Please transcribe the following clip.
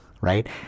right